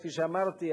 כפי שאמרתי,